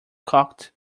cocked